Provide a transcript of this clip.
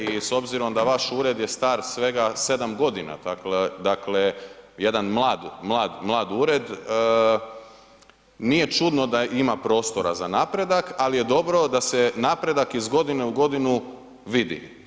I s obzirom da je vaš ured star svega sedam godina, dakle jedan mlad ured nije čudno da ima prostora za napredak ali je dobro da se napredak iz godine u godinu vidi.